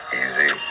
easy